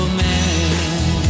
man